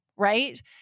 right